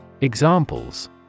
Examples